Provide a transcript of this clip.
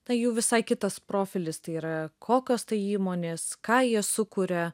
na jų visai kitas profilis tai yra kokios tai įmonės ką jie sukuria